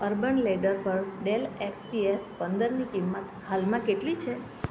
urban Ladder પર Dell XPS પંદરની કિંમત હાલમાં કેટલી છે